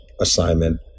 assignment